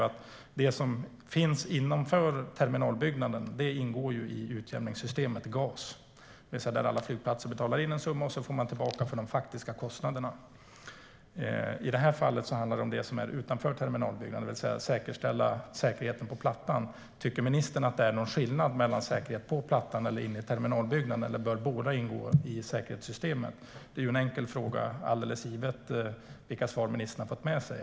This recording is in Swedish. Det som finns innanför terminalbyggnaden ingår i utjämningssystemet, GAS, där alla flygplatser betalar in en summa och får tillbaka för de faktiska kostnaderna. Skillnaden är att det i det här fallet handlar om att säkerställa säkerheten på plattan, det vill säga det som är utanför terminalbyggnaden. Tycker ministern att det finns någon avgörande skillnad mellan säkerheten på plattan och säkerheten inne i terminalbyggnaden, eller bör båda ingå i systemet? Det är en enkel fråga, alldeles oavsett vilka uppgifter ministern fått med sig.